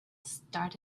start